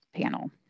panel